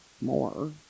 more